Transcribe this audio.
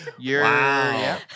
Wow